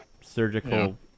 surgical